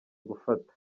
gufata